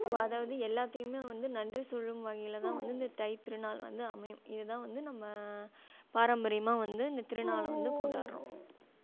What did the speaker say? அதாவது எல்லாதையுமே வந்து நன்றி சொல்லும் வகையில்தான் வந்து இந்த தை திருநாள் வந்து அமையும் இதுதான் வந்து நம்ம பாரம்பரியமாக வந்து இந்த திருநாளை வந்து கொண்டாடுறோம்